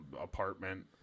apartment